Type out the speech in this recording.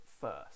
first